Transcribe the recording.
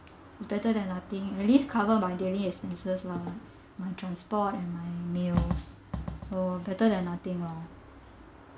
it's better than nothing at least cover my daily expenses lah my transport and my meals so better than nothing lor